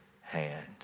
hand